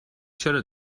چرا